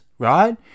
Right